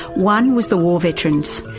one was the war veterans.